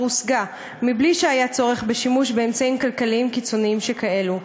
הושגה בלי שהיה צורך בשימוש באמצעים כלכליים קיצוניים שכאלה.